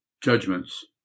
judgments